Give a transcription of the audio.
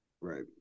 Right